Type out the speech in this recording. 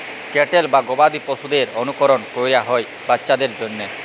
cattle বা গবাদি পশুদের অলুকরল ক্যরা হ্যয় বাচ্চার জ্যনহে